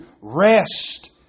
rest